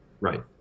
Right